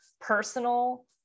personal